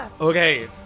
Okay